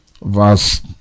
verse